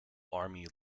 army